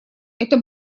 это